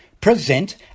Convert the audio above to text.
present